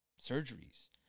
surgeries